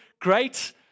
great